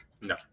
No